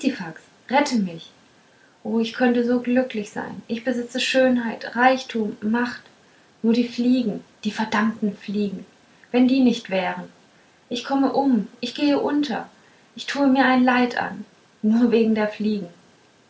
rette mich o ich könnte so glücklich sein ich besitze schönheit reichtum macht nur die fliegen die verdammten fliegen wenn die nicht wären ich komme um ich gehe unter ich tue mir ein leid an nur wegen der fliegen